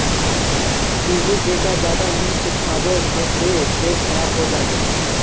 पीहू बेटा ज्यादा मिर्च खाबो ते पेट खराब हों जाबे